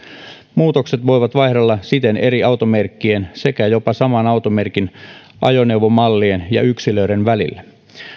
muutokset voivat vaihdella siten eri automerkkien sekä jopa saman automerkin ajoneuvomallien ja yksilöiden välillä